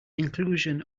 inclusion